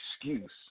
excuse